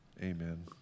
amen